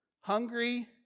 hungry